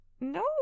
No